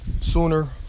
sooner